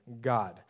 God